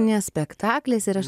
ne spektaklis ir aš